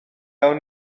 awn